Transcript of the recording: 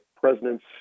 presidents